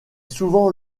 souvent